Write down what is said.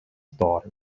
daughter